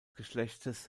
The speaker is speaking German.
geschlechtes